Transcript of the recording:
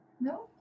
No